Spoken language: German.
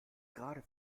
gerade